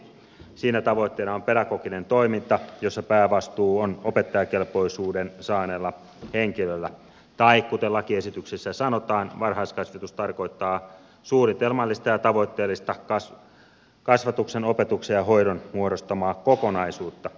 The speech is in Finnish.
siinä tavoitteena on pedagoginen toiminta jossa päävastuu on opettajakelpoisuuden saaneella henkilöllä tai kuten lakiesityksessä sanotaan varhaiskasvatus tarkoittaa suunnitelmallista ja tavoitteellista kasvatuksen opetuksen ja hoidon muodostamaa kokonaisuutta